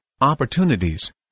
opportunities